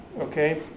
Okay